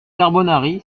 carbonari